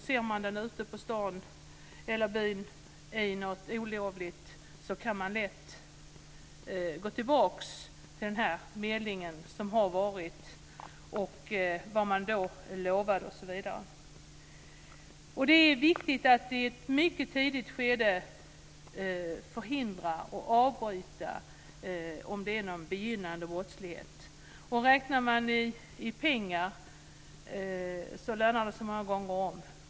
Ser man personen ute på stan eller byn i något olovligt kan man lätt gå tillbaka till medlingen som har varit och vad ungdomen då lovade osv. Det är viktigt att i ett mycket tidigt skede förhindra och avbryta om det är någon begynnande brottslighet. Räknar man i pengar lönar det sig många gånger om.